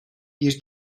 bir